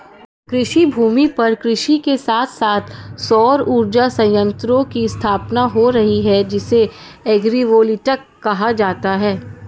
कृषिभूमि पर कृषि के साथ साथ सौर उर्जा संयंत्रों की स्थापना हो रही है जिसे एग्रिवोल्टिक कहा जाता है